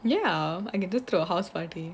ya I can just throw a house party